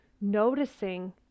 noticing